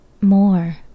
more